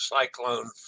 cyclone